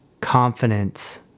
confidence